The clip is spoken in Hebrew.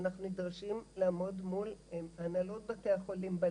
אנחנו נדרשים לעמוד מול הנהלות בתי החולים,